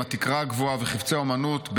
עם התקרה הגבוהה וחפצי האומנות,